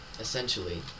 essentially